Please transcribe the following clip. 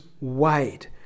wide